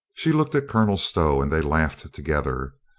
she looked at colonel stow, and they laughed to gether.